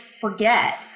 forget